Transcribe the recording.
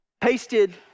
pasted